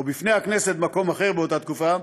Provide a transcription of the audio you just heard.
או בפני הכנסת במקום אחר באותה תקופה,